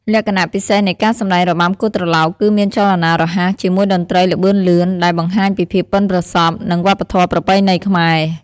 លក្ខណៈពិសេសនៃការសម្តែងរបាំគោះត្រឡោក គឺមានចលនារហ័ស ជាមួយតន្ត្រីល្បឿនលឿន ដែលបង្ហាញពីភាពបុិនប្រសព្វ និងវប្បធម៌ប្រពៃណីខ្មែរ។